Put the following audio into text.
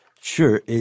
Sure